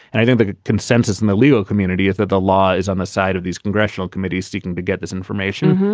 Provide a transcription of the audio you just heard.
and i think the consensus in the legal community is that the law is on the side of these congressional committees seeking to get this information.